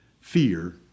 fear